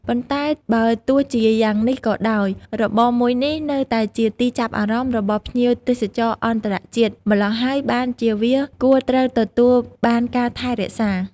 ប៉ុន្តែបើទោះជាយ៉ាងនេះក៏ដោយ របរមួយនេះនៅតែជាទីចាប់អារម្មណ៍របស់ភ្ញៀវទេសចរអន្តរជាតិ ម្លោះហើយបានជាវាគួរត្រូវទទួលបានការថែរក្សា។